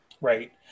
Right